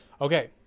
Okay